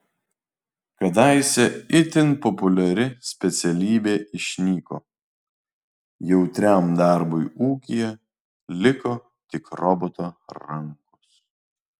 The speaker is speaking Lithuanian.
kadaise itin populiari specialybė išnyko jautriam darbui ūkyje liko tik roboto rankos